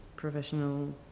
Professional